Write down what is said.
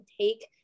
take